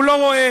הוא לא רואה,